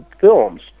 films